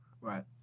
Right